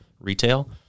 retail